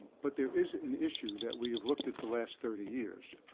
but there is an issue that we have looked at the last thirty years.